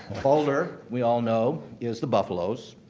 boulder, we all know, is the buffaloes.